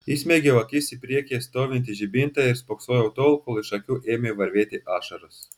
įsmeigiau akis į priekyje stovintį žibintą ir spoksojau tol kol iš akių ėmė varvėti ašaros